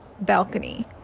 balcony